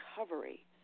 recovery